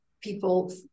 people